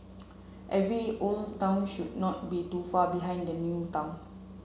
every old town should not be too far behind the new town